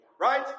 right